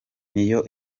niyo